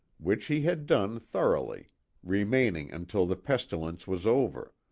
which he had done thoroughly remaining until the pestilence was over,